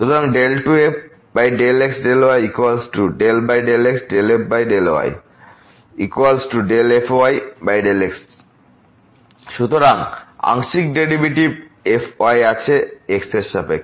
2f∂x∂y∂x∂f∂yfy∂x সুতরাং আমাদের আংশিক ডেরিভেটিভ fy আছে এবং x এরসাপেক্ষে